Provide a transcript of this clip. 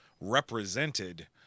represented